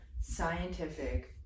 scientific